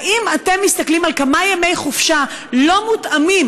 האם אתם מסתכלים על כמה ימי חופשה לא מתואמים